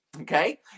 Okay